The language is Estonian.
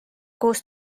koos